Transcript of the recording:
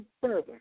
further